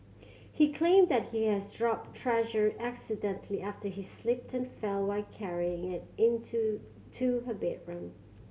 he claimed that he has dropped Treasure accidentally after he slipped fell while carrying it into to her bedroom